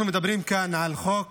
אנחנו מדברים כאן על חוק